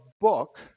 book